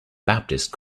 baptist